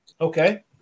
Okay